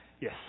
yes